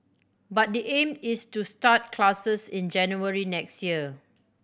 but the aim is to start classes in January next year